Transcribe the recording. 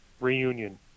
reunion